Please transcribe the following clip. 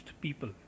people